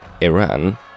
Iran